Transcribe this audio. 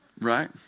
Right